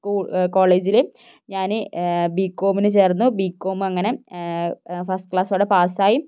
school കോളേജിൽ ഞാൻ ബികോമിനു ചേർന്നു ബികോം അങ്ങനെ ഫസ്റ്റ് ക്ലാസ്സോടെ പാസ്സായി